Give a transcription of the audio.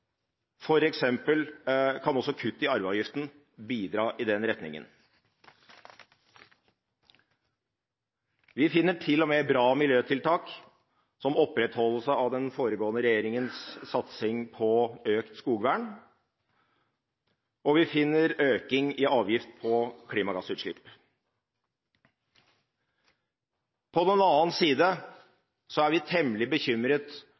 kan også kutt i arvegiften bidra i den retningen. Vi finner til og med bra miljøtiltak, som opprettholdelse av den forrige regjeringens satsing på økt skogvern, og vi finner økning i avgift på klimagassutslipp. På den annen side er vi temmelig bekymret